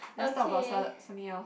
let's talk about something something else